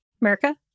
America